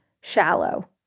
shallow